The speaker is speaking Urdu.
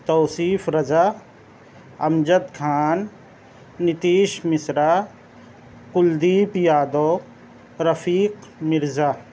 توصیف رضا امجد خان نتیش مشرا کلدیپ یادو رفیق مرزا